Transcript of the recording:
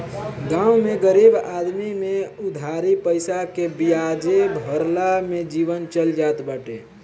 गांव में गरीब आदमी में उधारी पईसा के बियाजे भरला में जीवन चल जात बाटे